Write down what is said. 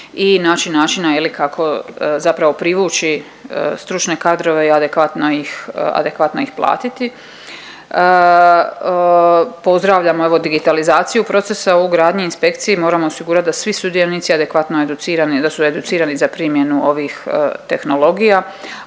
i naći načina je li kako zapravo privući stručne kadrove i adekvatno ih, adekvatno ih platiti. Pozdravljamo evo digitalizaciju procesa o gradnji i inspekciji. Moramo osigurat da svi sudionici adekvatno educirani, da su educirani za primjenu ovih tehnologija,